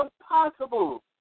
impossible